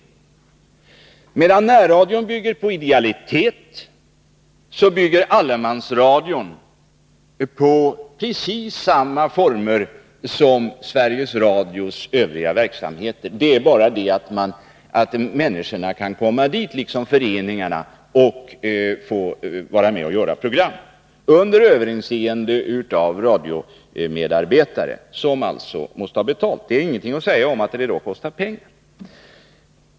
Medan närradion bygger på idealitet bygger allemansradion på arbete i precis samma former som Sveriges Radios övriga verksamhet. Det är bara det att människorna liksom föreningarna kan komma dit och vara med och göra program — under överinseende av radiomedarbetare, som alltså måste ha betalt; det är ingenting att säga om att det då kostar pengar.